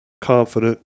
confident